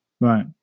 right